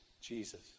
Jesus